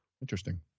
Interesting